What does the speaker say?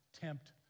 tempt